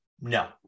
No